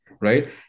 right